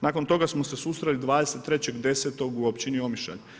Nakon toga smo se susreli 23.10. u općini Omišalj.